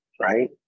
right